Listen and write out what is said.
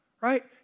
Right